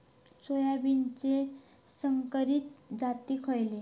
सोयाबीनचे संकरित जाती खयले?